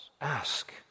Ask